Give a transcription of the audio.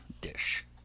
dish